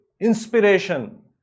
inspiration